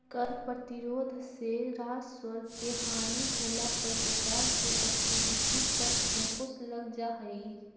कर प्रतिरोध से राजस्व के हानि होला पर सरकार के गतिविधि पर अंकुश लग जा हई